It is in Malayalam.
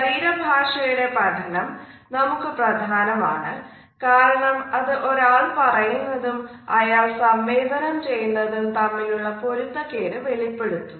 ശരീരഭാഷയുടെ പഠനം നമുക്ക് പ്രധാനമാണ് കാരണം അത് ഒരാൾ പറയുന്നതൂo അയാൾ സംവേദനം ചെയ്യുന്നതൂo തമ്മിലുള്ള പൊരുത്തക്കേട് വെളിപ്പെടുത്തുന്നു